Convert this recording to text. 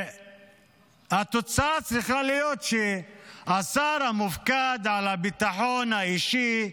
והתוצאה צריכה להיות שהשר המופקד על הביטחון האישי,